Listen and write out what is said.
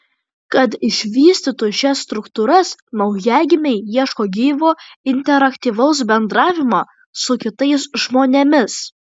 kad išvystytų šias struktūras naujagimiai ieško gyvo interaktyvaus bendravimo su kitais žmonėmis